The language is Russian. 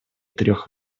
трех